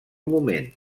moment